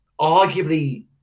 arguably